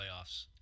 playoffs